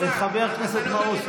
חבר הכנסת מעוז,